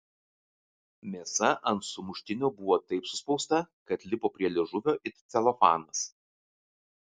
mėsa ant sumuštinio buvo taip suspausta kad lipo prie liežuvio it celofanas